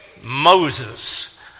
Moses